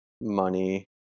money